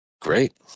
great